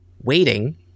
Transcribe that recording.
waiting